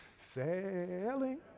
sailing